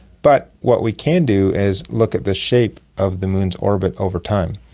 but what we can do is look at the shape of the moon's orbit over time,